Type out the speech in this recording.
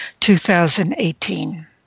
2018